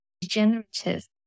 degenerative